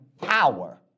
power